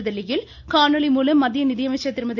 புதுதில்லியில் காணொலி மூலம் மத்திய நிதியமைச்சர் திருமதி